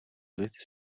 lid